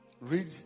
Read